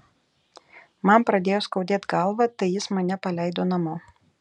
man pradėjo skaudėt galvą tai jis mane paleido namo